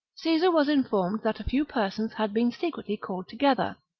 caesar was informed that a few persons had been secretly called together,